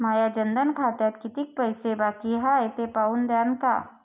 माया जनधन खात्यात कितीक पैसे बाकी हाय हे पाहून द्यान का?